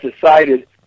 decided